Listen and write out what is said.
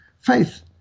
faith